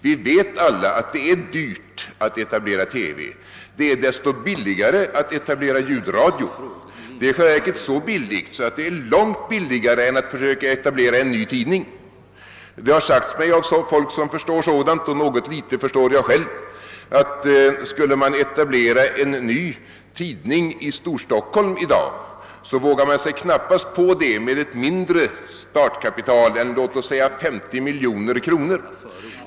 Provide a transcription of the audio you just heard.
Vi vet alla att det är dyrt att etablera TV. Det är desto billigare att etablera ljudradio. Det är i själva verket så billigt, att det är långt billigare än att försöka etablera en ny tidning. Det har sagts mig av folk som förstår sådant — och något litet förstår jag själv — att om man skulle etablera en ny tidning i Storstockholm i dag, vågar man sig knappast på det med ett mindre startkapital än låt oss säga 50 miljoner kronor.